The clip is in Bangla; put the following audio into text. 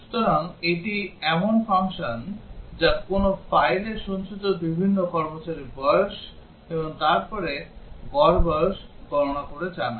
সুতরাং এটি এমন ফাংশন যা কোনও ফাইলে সঞ্চিত বিভিন্ন কর্মচারীর বয়স এবং তার পরে গড় বয়স গণনা করে ছাপায়